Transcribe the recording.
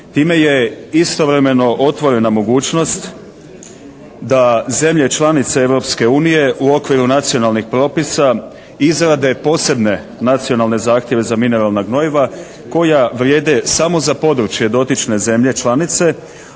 Time je istovremeno otvorena mogućnost da zemlje članice Europske unije u okviru nacionalnih propisa izrade posebne nacionalne zahtjeve za mineralna gnojiva koja vrijede samo za područje dotične zemlje članice,